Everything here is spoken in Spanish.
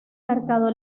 mercado